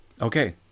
Okay